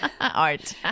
Art